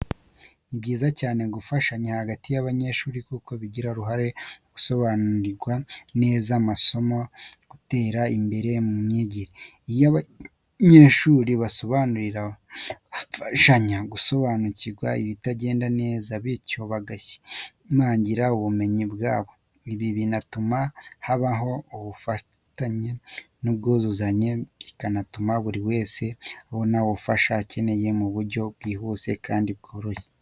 Ni byiza cyane gufashanya hagati y’abanyeshuri kuko bigira uruhare mu gusobanukirwa neza amasomo no gutera imbere mu myigire. Iyo abanyeshuri basobananira, bafashanya gusobanukirwa ibitagenda neza, bityo bagashimangira ubumenyi bwabo. Ibi binatuma habaho ubufatanye n’ubwuzuzanye, bikanatuma buri wese abona ubufasha akeneye mu buryo bwihuse kandi bworoshye.